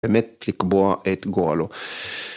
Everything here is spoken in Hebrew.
ומת לקבוע את גורלו.